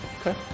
okay